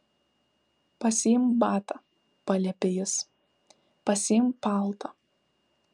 pasiimk batą paliepė jis pasiimk paltą